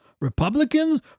republicans